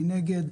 מי נגד.